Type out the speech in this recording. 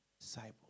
disciple